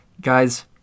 Guys